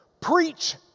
Preach